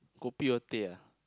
kopi or teh ah